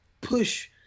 push